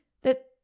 that